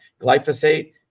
glyphosate